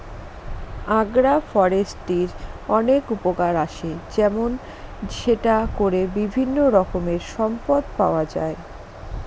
আগ্র ফরেষ্ট্রীর অনেক উপকার আসে যেমন সেটা করে বিভিন্ন রকমের সম্পদ পাওয়া যায়